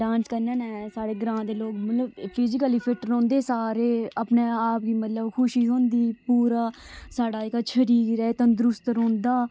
dance करने नै साढ़े ग्रांऽ दे लोक मतलब फिजीकली फिट्ट रौंह्दे सारे अपने आप गी मतलब खुशी थोंह्दी मतलब पूरा साढ़ा जेह्का शरीर ऐ एह् तंदरुस्त रौंह्दा